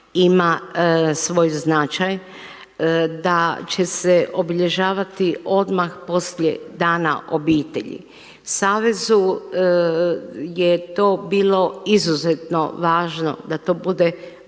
savezu je to bilo izuzetno važno da to bude baš